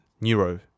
neuro